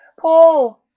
paul.